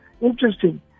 Interesting